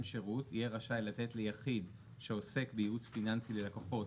שירות יהיה רשאי לתת ליחיד שעוסק בייעוץ פיננסי ללקוחות,